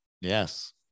yes